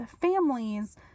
families